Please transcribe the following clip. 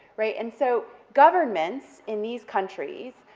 right, and so governments in these countries,